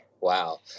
Wow